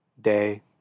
day